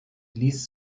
ließ